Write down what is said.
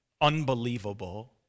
unbelievable